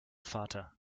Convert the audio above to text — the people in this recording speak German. vater